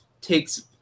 takes